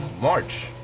March